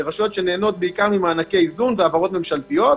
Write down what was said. אלה רשויות שנהנות בעיקר ממענקי איזון והעברות ממשלתיות,